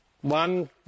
One